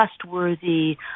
trustworthy